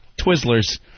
Twizzlers